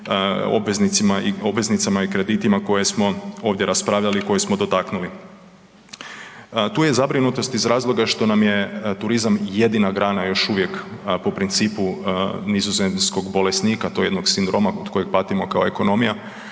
obveznicama i kreditima koje smo ovdje raspravljali, koje smo dotaknuli. Tu je zabrinutost iz razloga što nam je turizam jedina grana još uvijek po principu nizozemskog bolesnika, tog jedenog sindroma od kojeg patimo kao ekonomija